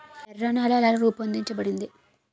ఎర్ర నేల ఎలా రూపొందించబడింది?